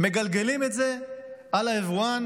מגלגלים את זה על היבואן